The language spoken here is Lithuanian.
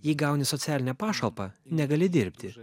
jei gauni socialinę pašalpą negali dirbti